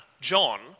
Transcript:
John